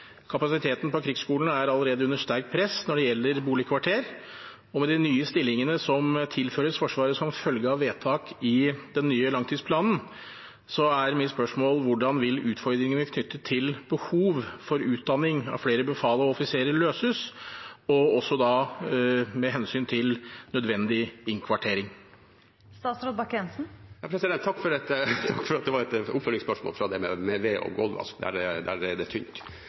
Kapasiteten på Krigsskolen er allerede under sterkt press når det gjelder boligkvarter, og med de nye stillingene som tilføres Forsvaret som følge av vedtak i den nye langtidsplanen, er mitt spørsmål: Hvordan vil utfordringene knyttet til behov for utdanning av flere befal og offiserer løses, også med hensyn til nødvendig innkvartering? Takk for oppfølgingsspørsmålet om ved og golvvask. Der er det tynt. Dette er et godt spørsmål. Når det gjelder inntak til Krigsskolen, er det ikke slik at det